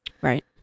Right